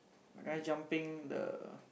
the guy jumping the